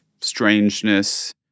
strangeness